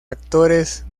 actores